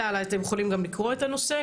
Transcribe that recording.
אלא אתם יכולים גם לקרוא את הנושא,